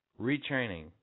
retraining